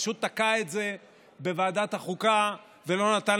פשוט תקע את זה בוועדת החוקה ולא נתן